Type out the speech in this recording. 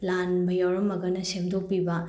ꯂꯥꯟꯕ ꯌꯥꯎꯔꯝꯂꯒꯅ ꯁꯦꯃꯗꯣꯛꯄꯤꯕ